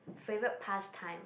favourite pass time